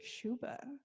Shuba